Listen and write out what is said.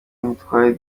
ntitwari